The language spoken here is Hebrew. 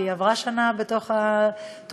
כי עברה שנה בתוך התוכנית,